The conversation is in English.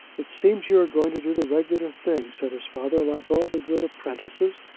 it seems you're going to do the regular thing, said his father, like all the good apprentices.